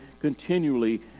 continually